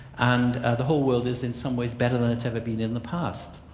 and the whole world is in some ways better than it's ever been in the past.